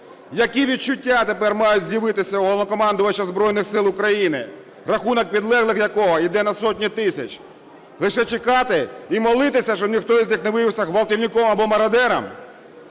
Які відчуття тепер мають з'явитися у Головнокомандувача Збройних Сил України, рахунок підлеглих якого йде на сотні тисяч? Лише чекати і молитися, щоб ніхто із них не виявився ґвалтівником або мародером.